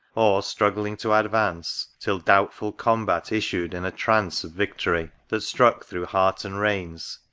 or struggling to advance, till doubtful combat issued in a trance victory, that struck through heart and reins.